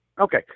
Okay